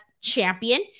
champion